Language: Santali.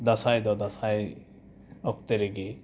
ᱫᱟᱸᱥᱟᱭᱫᱚ ᱫᱟᱸᱥᱟᱭ ᱚᱠᱛᱮ ᱨᱮᱜᱮ